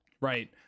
right